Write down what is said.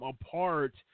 apart